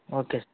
okay sir